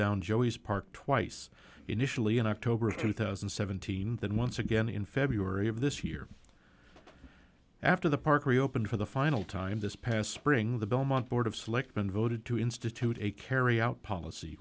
down joey's park twice initially in october two thousand and seventeen that once again in february of this year after the park reopened for the final time this past spring the belmont board of selectmen voted to institute a carry out policy